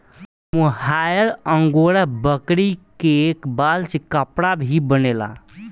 मोहायर angora बकरी के बाल से कपड़ा भी बनेला